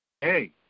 hey